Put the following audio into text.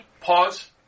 pause